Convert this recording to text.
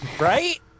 right